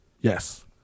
Yes